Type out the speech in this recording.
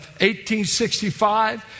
1865